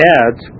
adds